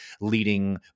leading